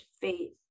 faith